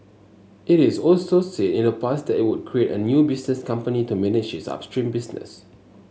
it is also said in the past that it would create a new business company to manage its upstream business